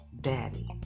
Daddy